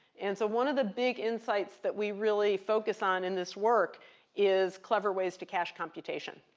and so one of the big insights that we really focus on in this work is clever ways to cache computation.